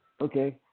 Okay